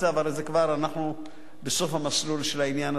הרי אנחנו כבר בסוף המסלול של העניין הזה,